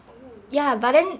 oh